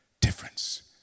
difference